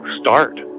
start